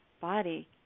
body